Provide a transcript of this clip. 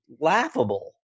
laughable